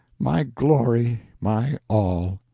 my glory, my all.